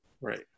Right